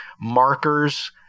markers –